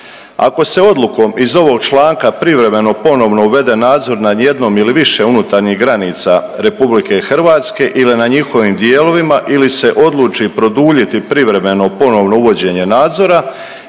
Ako se odlukom iz ovog članka privremeno ponovno uvede nadzor nad jednom ili više unutarnjih granica RH ili na njihovim dijelovima ili se odluči produljiti privremeno ponovno uvođenje nadzora,